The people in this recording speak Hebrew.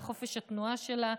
על חופש התנועה שלה,